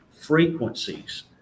frequencies